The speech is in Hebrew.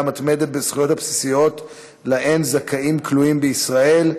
מתמדת בזכויות הבסיסיות שזכאים להן כלואים בישראל,